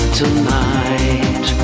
tonight